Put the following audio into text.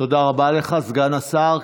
תודה רבה לך, סגן השר.